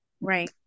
Right